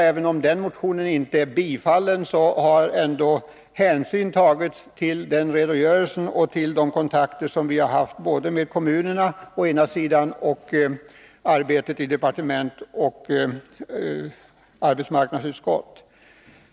Även om den motionen inte är tillstyrkt, kan jag ändå notera att hänsyn tagits till den redogörelsen och till de kontakter vi haft med både kommunerna och med departementet och arbetsmarknadsutskottet.